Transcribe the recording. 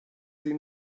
sie